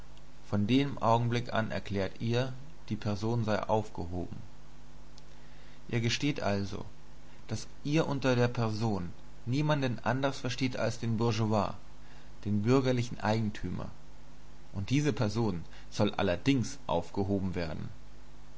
von dem augenblick an erklärt ihr die person sei aufgehoben ihr gesteht also daß ihr unter der person niemanden anders versteht als den bourgeois den bürgerlichen eigentümer und diese person soll allerdings aufgehoben werden